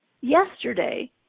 yesterday